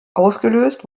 ausgelöst